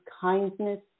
kindness